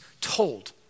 told